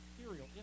material